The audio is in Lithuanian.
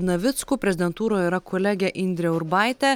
navicku prezidentūroje yra kolegė indrė urbaitė